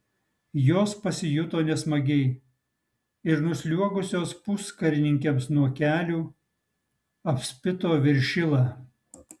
jos pasijuto nesmagiai ir nusliuogusios puskarininkiams nuo kelių apspito viršilą